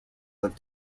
live